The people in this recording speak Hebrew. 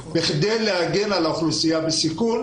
כדי להגן על אוכלוסייה בסיכון.